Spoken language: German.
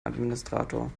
administrator